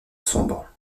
sombres